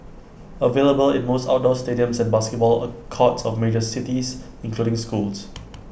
available in most outdoor stadiums and basketball A courts of major cities including schools